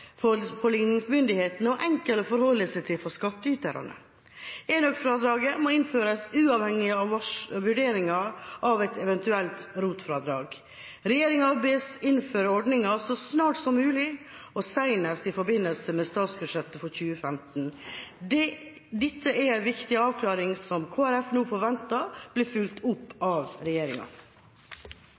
for ligningsmyndighetene og enkel å forholde seg til for skattyterne. Enøkfradraget må innføres uavhengig av vurderinger av et eventuelt ROT-fradrag. Regjeringa bes om å innføre ordningen så snart som mulig, og senest i forbindelse med statsbudsjettet for 2015. Dette er en viktig avklaring som Kristelig Folkeparti nå forventer blir fulgt opp av regjeringa.